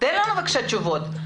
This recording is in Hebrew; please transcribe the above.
תן לנו בבקשה תשובות.